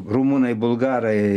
rumunai bulgarai